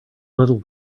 little